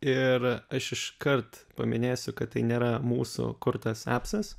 ir aš iškart paminėsiu kad tai nėra mūsų kurtas epsas